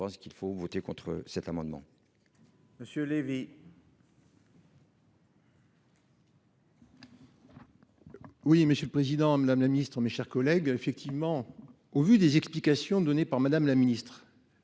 je pense qu'il faut voter contre cet amendement. Monsieur Lévy. Oui, monsieur le Président Madame la Ministre, mes chers collègues, effectivement, au vu des explications données par Madame la Ministre.